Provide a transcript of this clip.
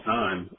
time